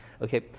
okay